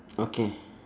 okay